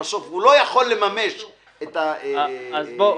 שבסוף הוא לא יכול לממש את --- אז בואו.